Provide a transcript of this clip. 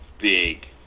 big